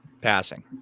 Passing